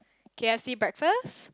K_F_C breakfast